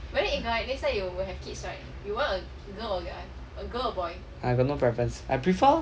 I got no preference I prefer